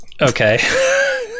okay